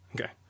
Okay